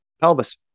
pelvis